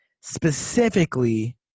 specifically